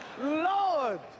Lord